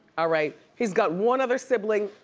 ah right. he's got one other sibling.